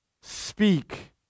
speak